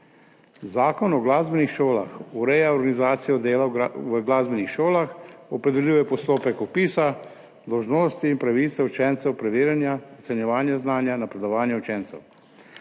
Zakon o glasbenih šolah ureja organizacijo dela v glasbenih šolah, opredeljuje postopek vpisa, dolžnosti in pravice učencev, preverjanja, ocenjevanja znanja, napredovanja učencev.